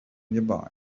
nearby